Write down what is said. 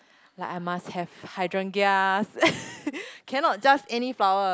like I must have hydrangea cannot just any flower